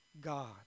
God